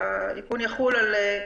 שהאיכון יחול --- שומעים,